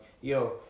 yo